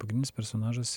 pagrindinis personažas